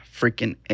freaking